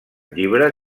llibre